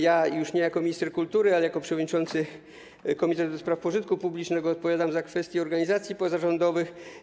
Ja już nie jako minister kultury, ale jako przewodniczący Komitetu do spraw Pożytku Publicznego odpowiadam za kwestię organizacji pozarządowych.